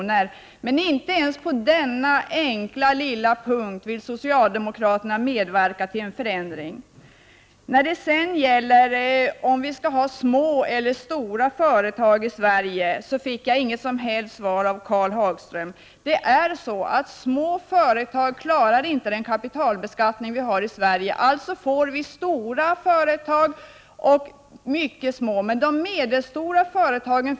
Socialdemokraterna vill inte medverka till en förändring ens på denna enkla lilla punkt. När det gäller frågan om vi skall ha små eller stora företag i Sverige fick jag inget som helst svar ifrån Karl Hagström. Små företag klarar inte den kapitalbeskattning vi har i Sverige. Vi får då stora företag och mycket små företag. Däremot får vi inte medelstora företag.